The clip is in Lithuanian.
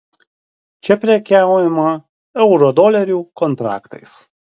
čia prekiaujama eurodolerių kontraktais